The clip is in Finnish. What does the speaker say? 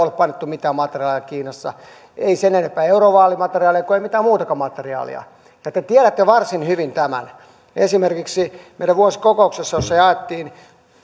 ole painettu mitään materiaalia kiinassa ei sen enempää eurovaalimateriaalia kuin mitään muutakaan materiaalia ja te tiedätte varsin hyvin tämän esimerkiksi meidän vuosikokouksessa jossa jaettiin